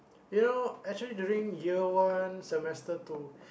you know actually during year one semester two